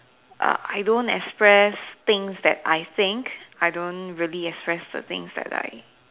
uh I don't express things that I think I don't really express the things that I